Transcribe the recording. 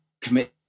commit